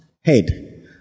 head